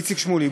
איציק שמולי,